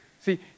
See